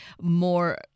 more